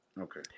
Okay